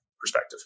perspective